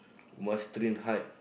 must train hard